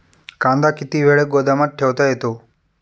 कांदा किती वेळ गोदामात ठेवता येतो?